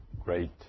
Great